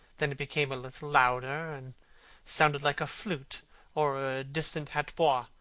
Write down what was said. then it became a little louder, and sounded like a flute or a distant hautboy.